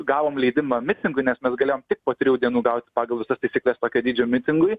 gavom leidimą mitingui nes mes galėjom tik po trijų dienų gauti pagal visas taisykles tokio dydžio mitingui